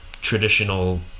traditional